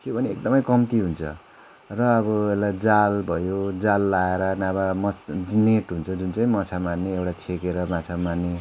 यो पनि एकदमै कम्ती हुन्छ र अब यसलाई जाल भयो जाल लगाएर नभए मसजी नेट हुन्छ जुन चाहिँ माछा मार्ने एउटा छेकेर माछा मार्ने